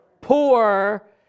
Poor